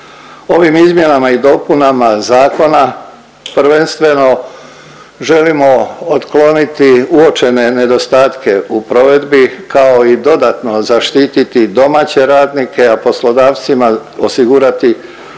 Ovim izmjenama i dopunama zakona, prvenstveno želimo otkloniti uočene nedostatke u provedbi, kao i dodatno zaštititi domaće radnike, a poslodavcima osigurati